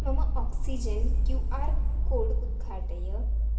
मम oxygen Q R code उद्घाटय